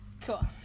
Cool